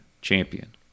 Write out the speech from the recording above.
Champion